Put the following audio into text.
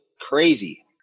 crazy